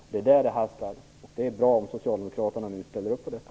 Det är där det hastar. Det är bra om Socialdemokraterna nu ställer upp på detta.